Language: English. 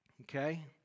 Okay